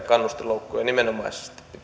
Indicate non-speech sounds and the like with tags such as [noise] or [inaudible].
[unintelligible] kannustinloukkuja nimenomaisesti pitää